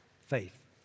faith